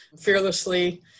fearlessly